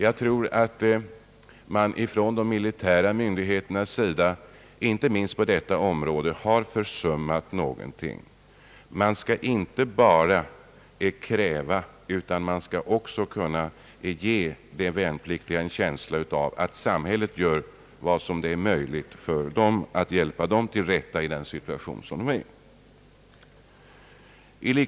Jag tror att de militära myndigheterna inte minst på detta område har försummat någonting — man skall inte bara kräva, utan man skall också kunna ge de värnpliktiga en känsla av att samhället gör vad som är möjligt för att hjälpa dem till rätta i den situation de befinner sig i.